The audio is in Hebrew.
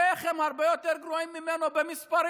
בוא תראה איך הם הרבה יותר גרועים ממנו במספרים,